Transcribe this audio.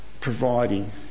providing